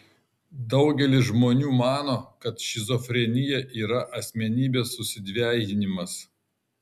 daugelis žmonių mano kad šizofrenija yra asmenybės susidvejinimas